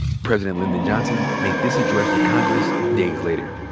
president lyndon johnson made this address to congress days later.